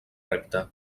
repte